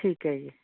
ਠੀਕ ਹੈ ਜੀ